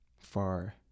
far